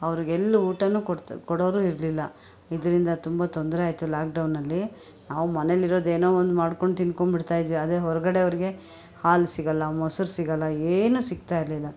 ಅವ್ರಿಗೆಲ್ಲು ಊಟವು ಕೊಡ್ತ ಕೊಡೋರು ಇರ್ಲಿಲ್ಲ ಇದರಿಂದ ತುಂಬ ತೊಂದರೆ ಆಯ್ತು ಲಾಕ್ಡೌನಲ್ಲಿ ನಾವು ಮನೇಲಿರೋದು ಏನೋ ಒಂದು ಮಾಡ್ಕೊಂಡು ತಿಂದ್ಕೊಂಡು ಬಿಡ್ತಾಯಿದ್ವಿ ಆದರೆ ಹೊರ್ಗಡೆಯವ್ರಿಗೆ ಹಾಲು ಸಿಗೊಲ್ಲ ಮೊಸರು ಸಿಗೊಲ್ಲ ಏನು ಸಿಗ್ತಾ ಇರ್ಲಿಲ್ಲ